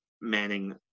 manning